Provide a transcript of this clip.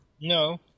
No